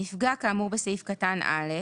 "(ב) נפגע כאמור בסעיף קטן (א)